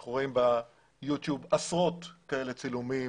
אנחנו רואים ביו טיוב עשרות צילומים כאלה.